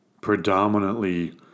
predominantly